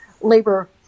labor